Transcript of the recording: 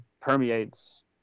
permeates